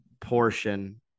portion